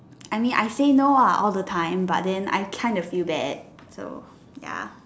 I mean I say no ah all the time but then I kind of feel bad so ya